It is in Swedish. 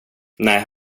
nej